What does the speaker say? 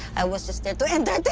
i was just there to entertain.